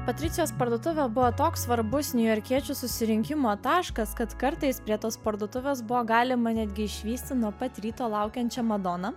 patricijos parduotuvė buvo toks svarbus niujorkiečių susirinkimo taškas kad kartais prie tos parduotuvės buvo galima netgi išvysti nuo pat ryto laukiančią madoną